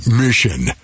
mission